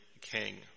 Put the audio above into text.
king